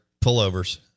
pullovers